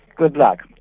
good luck.